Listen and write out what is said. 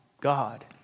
God